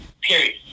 period